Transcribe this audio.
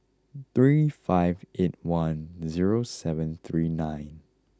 three five eight one zero seven three nine